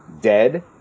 dead